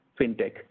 fintech